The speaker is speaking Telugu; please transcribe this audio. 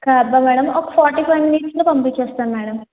క్యాబా మేడం ఒక ఫోర్టి ఫైవ్ మినిట్స్లో పంపిచేస్తాం మేడం